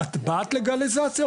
'את בעד לגליזציה,